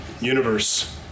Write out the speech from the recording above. universe